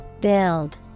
Build